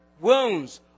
wounds